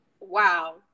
wow